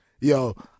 Yo